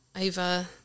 over